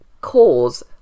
cause